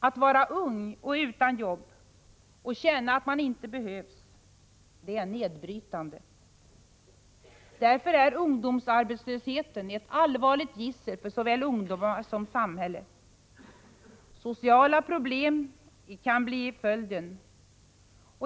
Att vara ung och utan jobb och känna att man inte behövs är nedbrytande. Därför är ungdomsarbetslösheten ett allvarligt gissel för såväl ungdomar som samhälle. Sociala problem kan bli följden.